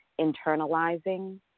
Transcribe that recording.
internalizing